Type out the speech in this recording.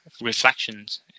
reflections